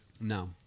No